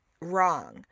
wrong